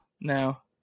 now